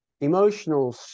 Emotional